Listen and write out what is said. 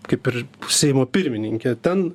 kaip ir seimo pirmininkė ten